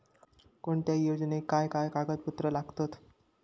कोणत्याही योजनेक काय काय कागदपत्र लागतत?